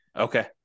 Okay